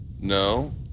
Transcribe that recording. No